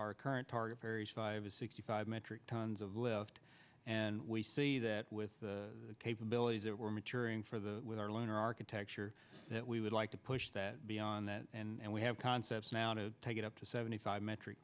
our current target carries five to sixty five metric tons of left and we see that with the capabilities that were maturing for the lunar architecture that we would like to push that beyond that and we have concepts now to take it up to seventy five metric